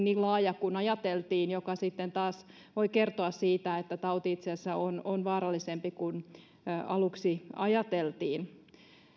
niin laajaa kuin ajateltiin mikä sitten taas voi kertoa siitä että tauti itse asiassa on on vaarallisempi kuin aluksi ajateltiin